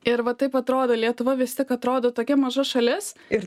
ir va taip atrodo lietuva vis tik atrodo tokia maža šalis ir